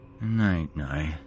Night-night